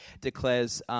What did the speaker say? declares